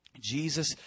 Jesus